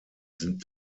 sind